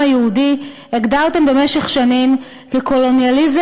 היהודי הגדרתם במשך שנים כ"קולוניאליזם",